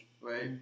Right